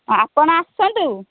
ଆପଣ ଆସନ୍ତୁ